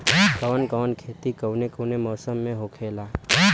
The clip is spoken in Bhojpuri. कवन कवन खेती कउने कउने मौसम में होखेला?